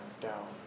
down